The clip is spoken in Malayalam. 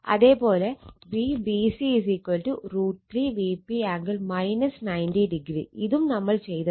അതേ പോലെ Vbc √ 3 Vp ആംഗിൾ 90o ഇതും നമ്മൾ ചെയ്തതാണ്